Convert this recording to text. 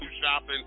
shopping